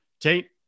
Tate